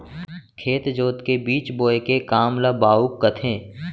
खेत जोत के बीज बोए के काम ल बाउक कथें